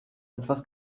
etwas